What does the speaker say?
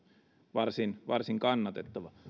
varsin varsin kannatettava